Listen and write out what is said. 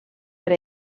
per